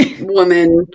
woman